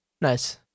nice